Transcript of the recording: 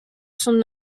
son